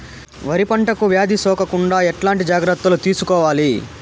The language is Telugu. వరి పంటకు వ్యాధి సోకకుండా ఎట్లాంటి జాగ్రత్తలు తీసుకోవాలి?